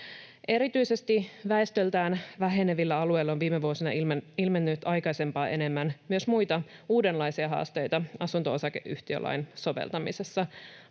Erityisesti väestöltään vähenevillä alueilla on viime vuosina ilmennyt aikaisempaa enemmän myös muita uudenlaisia haasteita asunto-osakeyhtiölain soveltamisessa.